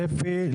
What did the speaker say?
התשובה היא כן,